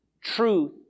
Truth